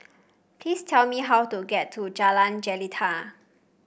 please tell me how to get to Jalan Jelita